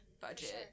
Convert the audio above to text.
budget